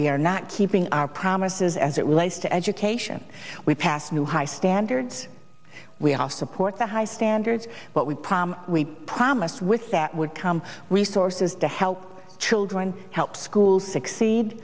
we are not keeping our promises as it relates to education we passed new high standards we are support the high standards but we promise we promise with that would come resources to help children help schools succeed